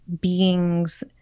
beings